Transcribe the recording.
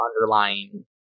underlying